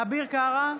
אביר קארה,